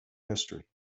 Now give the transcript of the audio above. history